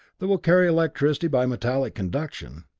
that will carry electricity by metallic conduction.